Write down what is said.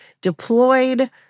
deployed